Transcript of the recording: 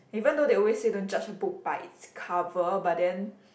even though they always say don't judge a book by its cover but then